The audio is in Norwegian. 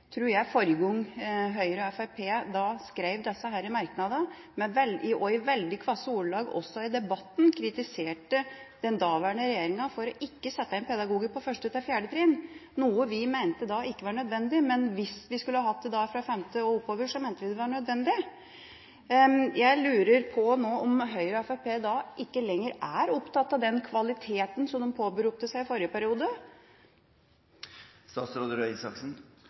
tror jeg, forrige gang Høyre og Fremskrittspartiet skrev disse merknadene, og i veldig krasse ordelag også i debatten kritiserte den daværende regjeringa for ikke å sette inn pedagoger på 1.– 4. trinn, noe vi da mente ikke var nødvendig. Hvis vi skulle hatt det fra 5. trinn og oppover, mente vi det var nødvendig. Jeg lurer nå på om Høyre og Fremskrittspartiet ikke lenger er opptatt av den kvaliteten som de påberopte seg i forrige periode?